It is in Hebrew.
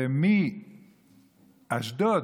ואשדוד,